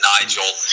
Nigel